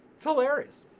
it's hilarious